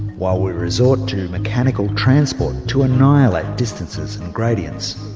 while we resort to mechanical transport to annihilate distances and gradients.